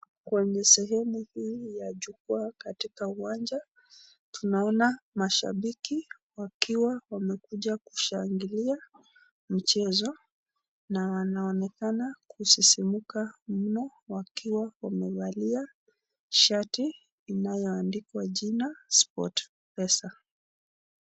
Kwenye sehemu hii ya jukwaa katika uwanja tunaona mashabiki wakiwa wamekuja kushangilia mchezo na wanaonekana kusisimka mno wakiwa wamevalia shati inayoandikwa sport pesa.